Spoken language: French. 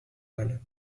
mal